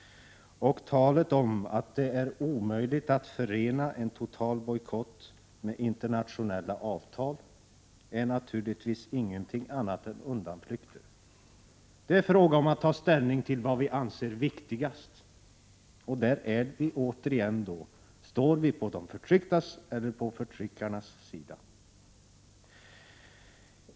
Talet om att det är omöjligt att förena en total bojkott med internationella avtal är naturligtvis ingenting annat än undanflykter. Det är fråga om att ta ställning till vad vi anser är viktigast: Står vi på de förtrycktas eller på förtryckarnas sida?